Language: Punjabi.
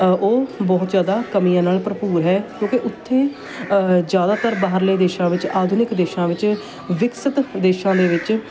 ਉਹ ਬਹੁਤ ਜ਼ਿਆਦਾ ਕਮੀਆਂ ਨਾਲ ਭਰਪੂਰ ਹੈ ਕਿਉਂਕਿ ਉੱਥੇ ਜ਼ਿਆਦਾਤਰ ਬਾਹਰਲੇ ਦੇਸ਼ਾਂ ਵਿੱਚ ਆਧੁਨਿਕ ਦੇਸ਼ਾਂ ਵਿੱਚ ਵਿਕਸਿਤ ਦੇਸ਼ਾਂ ਦੇ ਵਿੱਚ